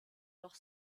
doch